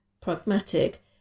pragmatic